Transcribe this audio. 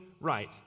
right